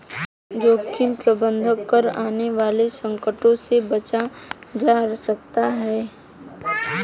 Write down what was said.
जोखिम प्रबंधन कर आने वाले संकटों से बचा जा सकता है